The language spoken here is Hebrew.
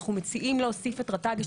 אנחנו מציעים להוסיף את רט"ג.